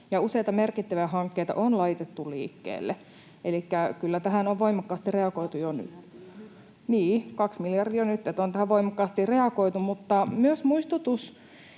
ja useita merkittäviä hankkeita on laitettu liikkeelle. Elikkä kyllä tähän on voimakkaasti reagoitu jo nyt. [Suna Kymäläisen välihuuto] — Nii-in, 2 miljardia jo nyt, eli on tähän voimakkaasti reagoitu. Mutta myös muistutus